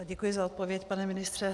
Děkuji za odpověď, pane ministře.